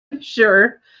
sure